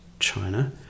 China